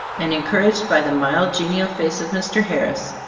and encouraged by the mild, genial face of mr. harris,